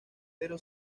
pero